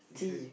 tea